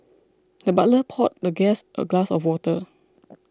the butler poured the guest a glass of water